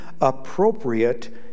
appropriate